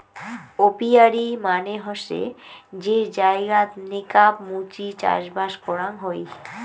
apiary মানে হসে যে জায়গাত নেকাব মুচি চাষবাস করাং হই